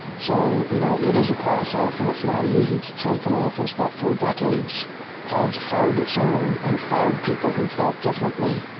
so, you know it is a process, and it's not easy to take an office that for decades has hired its own and fired people who felt differently,